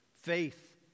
faith